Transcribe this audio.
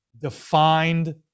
defined